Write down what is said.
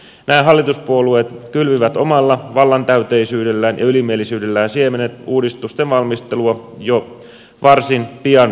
näin hallituspuolueet kylvivät omalla vallantäyteisyydellään ja ylimielisyydellään siemenet uudistusten valmistelua jo varsin pian kohdanneille vaikeuksille